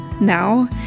now